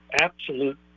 absolute